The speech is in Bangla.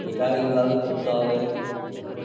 এটা এইভাবে করতে হবে